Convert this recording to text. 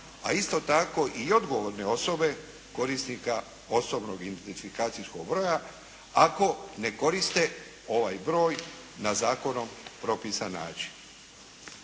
A isto tako i odgovorne osobe, korisnika osobnog identifikacijskog broja ako ne koriste ovaj broj na zakonom propisani način.